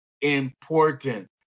important